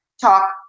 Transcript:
talk